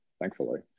thankfully